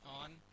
on